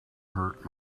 hurt